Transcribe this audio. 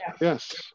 Yes